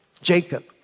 Jacob